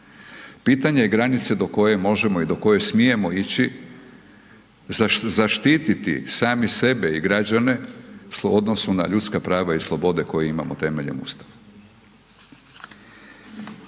Pitanje je granice do koje možemo i do koje smijemo ići, zaštititi sami sebe i građane u odnosu na ljudska prava i slobode koje imamo temeljem Ustava.